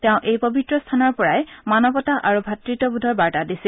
তেওঁ এই পবিত্ৰ স্থানৰ পৰাই মানৱতা আৰু ভাতৃত্বোধৰ বাৰ্তা দিছিল